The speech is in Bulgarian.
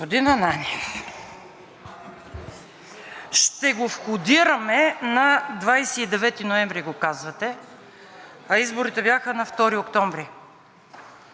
Господин Ананиев, „ще го входираме“ на 29 ноември го казвате, а изборите бяха на 2 октомври.